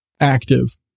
active